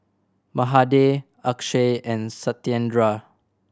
Mahade Akshay and Satyendra